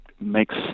makes